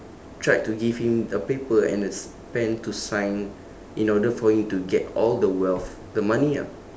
tried to give him a paper and a s~ pen to sign in order for him to get all the wealth the money ah